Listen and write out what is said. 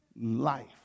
Life